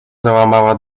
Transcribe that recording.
załamała